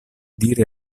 diri